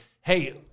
hey